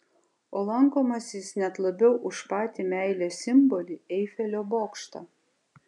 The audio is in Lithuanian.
o lankomas jis net labiau už patį meilės simbolį eifelio bokštą